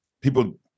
people